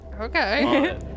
Okay